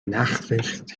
nachricht